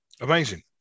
Amazing